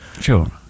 Sure